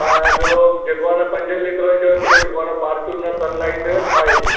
हा ऐं बि॒यो हू जेको आहे न पंजें लीटर जो हिकड़ो जेको आहे न फार्चूनर सनलाईट आईल